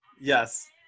Yes